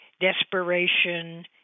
desperation